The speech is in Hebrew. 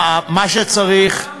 איך עושים את זה בדיוק?